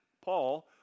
Paul